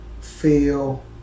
feel